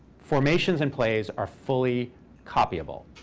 formations and plays are fully copyable.